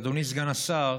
אדוני סגן השר,